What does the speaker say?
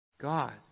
God